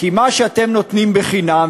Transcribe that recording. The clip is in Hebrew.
כי מה שאתם נותנים בחינם,